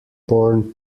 born